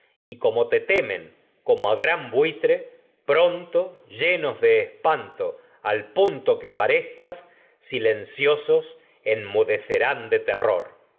y como te gran buitre pron to sos llenos de espanto al punto que aparezcas silencio enmudecerán de terror